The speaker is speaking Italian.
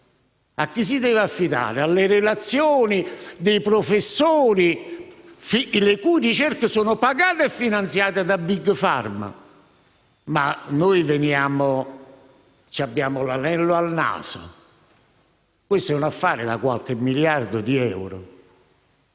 Si deve affidare alle relazioni dei professori le cui ricerche sono pagate e finanziate da Big Pharma? Abbiamo l'anello al naso? Si tratta di un affare da qualche miliardo di euro